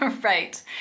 Right